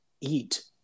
eat